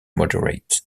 moderate